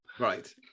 Right